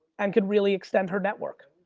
and could really extend her network.